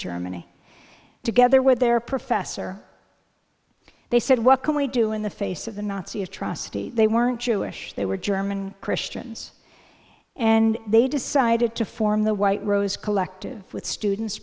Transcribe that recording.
germany together with their professor they said what can we do in the face of the nazi atrocities they weren't jewish they were german christians and they decided to form the white rose collective with students